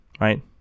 right